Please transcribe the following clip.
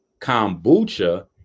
Kombucha